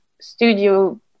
studio